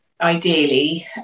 ideally